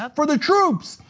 for the troops.